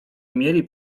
mieli